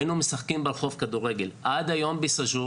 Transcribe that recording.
היינו משחקים ברחוב כדורגל, עד היום בסאג'ור